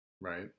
Right